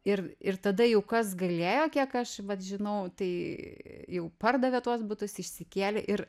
ir ir tada jau kas galėjo kiek aš vat žinau tai jau pardavė tuos butus išsikėlė ir